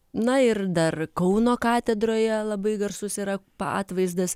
na ir dar kauno katedroje labai garsus yra atvaizdas